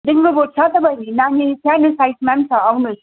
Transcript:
नानी सानो साइजमा छ आउनु होस्